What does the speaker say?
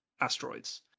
asteroids